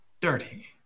dirty